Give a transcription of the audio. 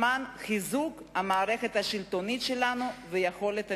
למען חיזוק המערכת השלטונית שלנו ויכולת המשילות.